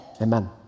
Amen